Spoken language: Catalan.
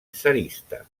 tsarista